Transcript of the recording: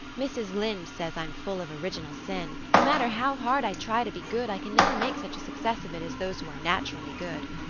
mrs. lynde says i'm full of original sin. no matter how hard i try to be good i can never make such a success of it as those who are naturally good.